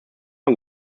von